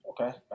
Okay